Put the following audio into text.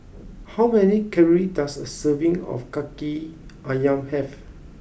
how many calories does a serving of Kaki Ayam have